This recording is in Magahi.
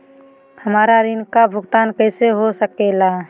हमरा ऋण का भुगतान कैसे हो सके ला?